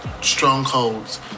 strongholds